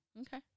Okay